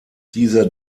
dieser